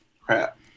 crap